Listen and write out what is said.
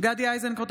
גדי איזנקוט,